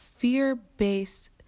Fear-based